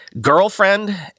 girlfriend